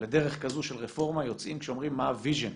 לדרך כזו של רפורמה יוצאים כשאומרים מה ה-vision,